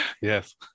Yes